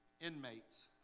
inmates